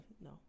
no